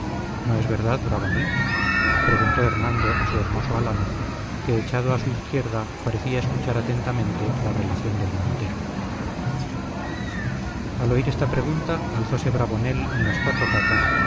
no es verdad bravonel preguntó hernando a su hermoso alano que echado a su izquierda parecía escuchar atentamente la relación del montero al oír esta pregunta alzóse bravonel en las cuatro patas